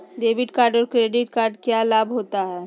Debit card और credit card क्या लाभ होता है?